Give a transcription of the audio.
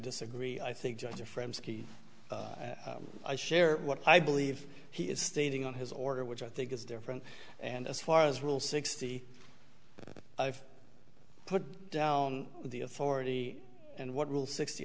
disagree i think just the frames i share what i believe he is stating on his order which i think is different and as far as rule sixty i've put down the authority and what rule sixty